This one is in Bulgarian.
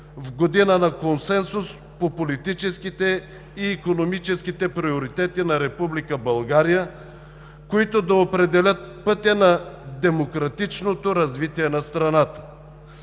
в година на консенсус по политическите и икономическите приоритети на Република България, които да определят пътя на демократичното развитие на страната.